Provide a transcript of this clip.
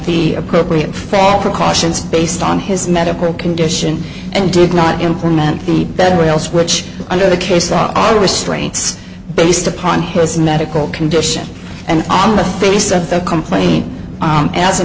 the appropriate fall precautions based on his medical condition and did not implement the bed rail switch under the case on all restraints based upon his medical condition and on the face of the complaint as a